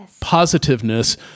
positiveness